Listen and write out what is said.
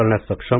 करण्यास सक्षम